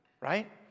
right